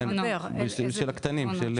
של הקטנים.